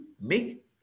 make